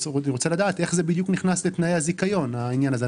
איך זה בדיוק נכנס לתנאי הזיכיון, הדבר הזה?